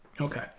Okay